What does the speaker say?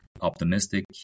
optimistic